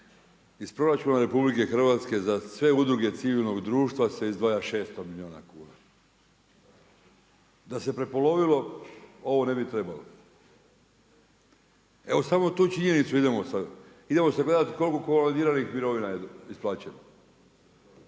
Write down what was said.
Iz proračuna RH za sve udruge civilnog društva se izdvaja 600 milijuna kuna. Da se prepolovilo ovo ne bi trebalo. Evo samo tu činjenicu idemo sagledati. Idemo sagledati koliko …/Govornik